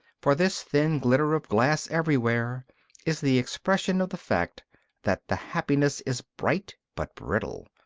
for this thin glitter of glass everywhere is the expression of the fact that the happiness is bright but brittle,